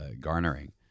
garnering